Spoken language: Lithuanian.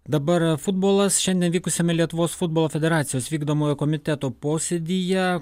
dabar futbolas šiandien vykusiame lietuvos futbolo federacijos vykdomojo komiteto posėdyje